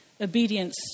obedience